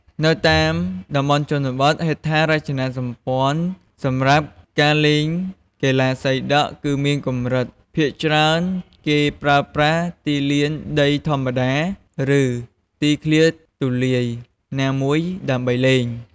នៅតាមតំបន់ជនបទ ហេដ្ឋារចនាសម្ព័ន្ធសម្រាប់ការលេងកីឡាសីដក់គឺមានកម្រិត ភាគច្រើន គេប្រើប្រាស់ទីលានដីធម្មតា ឬទីធ្លាទូលាយណាមួយដើម្បីលេង។